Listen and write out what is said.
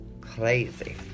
crazy